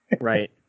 right